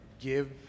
give